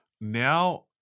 Now